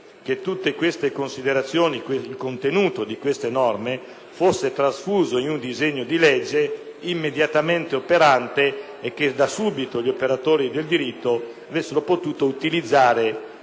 che tutte queste considerazioni e il contenuto di queste norme fosse trasfuso in una legge immediatamente operante e che gli operatori del diritto avessero da subito potuto utilizzarla